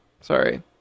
Sorry